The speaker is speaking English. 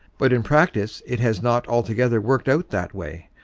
but in practice it has not altogether worked out that way,